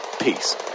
peace